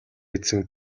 эзэн